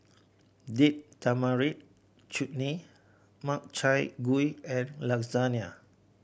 Date Tamarind Chutney Makchang Gui and Lasagne